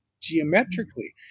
geometrically